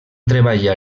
treballar